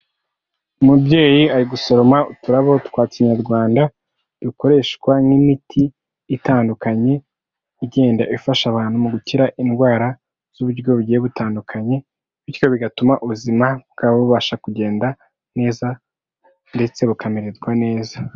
Umubyeyi ari gusoroma uturabo twa kinyarwanda, dukoreshwa nk'imiti itandukanye, igenda ifasha abantu mu gukira indwara z'uburyo bugiye butandukanye, bityo bigatuma ubuzima bwabo bubasha kugenda neza ndetse bukamererwa neza.